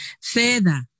Further